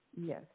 Yes